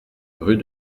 rue